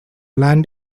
land